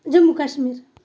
Jammu Kashmir